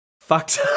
fucked